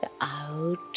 out